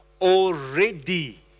already